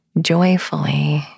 joyfully